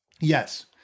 Yes